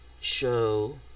show